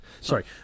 sorry